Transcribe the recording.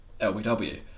LBW